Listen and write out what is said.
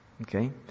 Okay